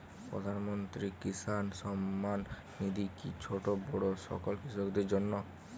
প্রধানমন্ত্রী কিষান সম্মান নিধি কি ছোটো বড়ো সকল কৃষকের জন্য?